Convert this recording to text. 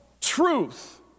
truth